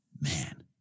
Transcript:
man